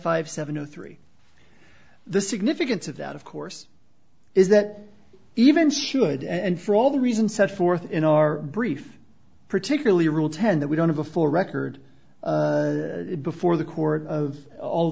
five seven zero three the significance of that of course is that even should and for all the reasons set forth in our brief particularly rule ten that we don't have a full record before the court of all